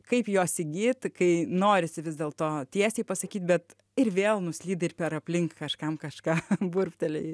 kaip jos įgyt kai norisi vis dėlto tiesiai pasakyt bet ir vėl nuslydo ir per aplink kažkam kažką burbtelėjai